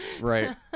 Right